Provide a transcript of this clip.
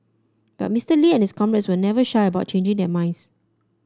but Mister Lee and his comrades were never shy about changing their minds